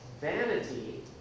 Vanity